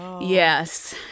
Yes